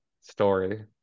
story